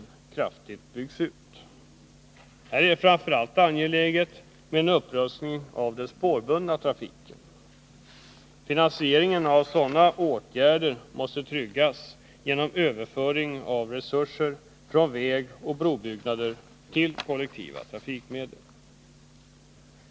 Här är det framför allt angeläget med en upprustning av den spårbundna trafiken. Finansieringen av sådana åtgärder måste tryggas genom överföring av resurser från vägoch brobyggnader till kollektiva trafikmedel.